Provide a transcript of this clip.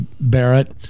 Barrett